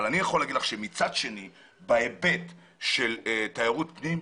אני יכול לומר לך שמצד שני בהיבט של תיירות פנים,